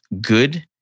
good